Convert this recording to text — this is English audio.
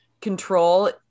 control